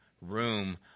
room